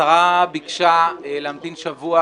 השרה ביקשה להמתין שבוע